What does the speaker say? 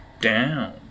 down